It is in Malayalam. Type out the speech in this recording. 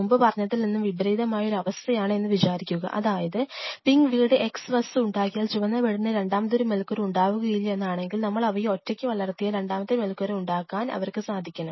മുൻപ് പറഞ്ഞതിൽ നിന്നും വിപരീതമായ ഒരു അവസ്ഥയാണ് എന്ന് വിചാരിക്കുക അതായത് പിങ്ക് വീട് x വസ്തു ഉണ്ടാക്കിയാൽ ചുവന്ന വീടിന് രണ്ടാമതൊരു മേൽക്കൂര ഉണ്ടാവുകയില്ല എന്നാണെങ്കിൽ നമ്മൾ അവയെ ഒറ്റയ്ക്ക് വളർത്തിയാൽ രണ്ടാമത്തെ മേൽക്കൂര ഉണ്ടാക്കാൻ അവർക്ക് സാധിക്കണം